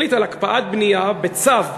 החליט על הקפאת בנייה בצו,